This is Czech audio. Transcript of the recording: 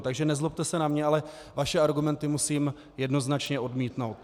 Takže nezlobte se na mě, ale vaše argumenty musím jednoznačně odmítnout.